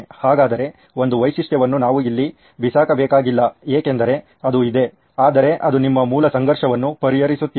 ಹಾಗಾದರೆ ಒಂದು ವೈಶಿಷ್ಟ್ಯವನ್ನು ನಾವು ಅಲ್ಲಿ ಬಿಸಾಕಬೇಕಾಗಿಲ್ಲ ಏಕೆಂದರೆ ಅದು ಇದೆ ಆದರೆ ಅದು ನಿಮ್ಮ ಮೂಲ ಸಂಘರ್ಷವನ್ನು ಪರಿಹರಿಸುತ್ತಿದೆಯೇ